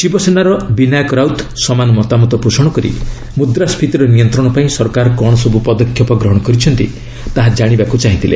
ଶିବସେନାର ବିନାୟକ ରାଉତ ସମାନ ମତାମତ ପୋଷଣ କରି ମୁଦ୍ରାସ୍କିତିର ନିୟନ୍ତ୍ରଣ ପାଇଁ ସରକାର କ'ଣ ସବୁ ପଦକ୍ଷେପ ଗ୍ରହଣ କରିଛନ୍ତି ତାହା ଜାଶିବାକୁ ଚାହିଁଥିଲେ